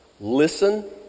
listen